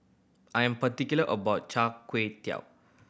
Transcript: I am particular about Char Kway Teow